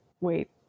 wait